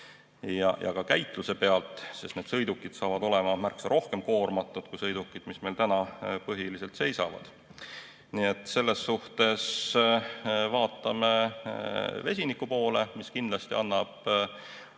ja käitluse pealt, sest need [ühis]sõidukid saavad olema märksa rohkem koormatud kui sõidukid, mis meil põhiliselt seisavad. Nii et selles suhtes vaatame vesiniku poole, mis kindlasti annab oma